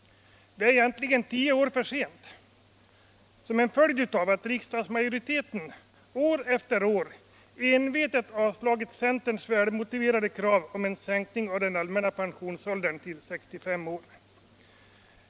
Det är egentligen tio år för sent som en följd av att riksdagsmajoriteten år efter år envetet avslagit centerns motiverade krav på en sänkning av den allmänna pensionsåldern till 65 år.